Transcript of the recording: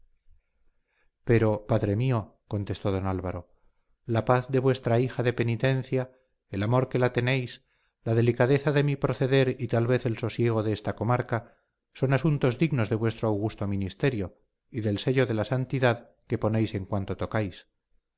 pero padre mío contestó don álvaro la paz de vuestra hija de penitencia el amor que la tenéis la delicadeza de mi proceder y tal vez el sosiego de esta comarca son asuntos dignos de vuestro augusto ministerio y del sello de santidad que ponéis en cuanto tocáis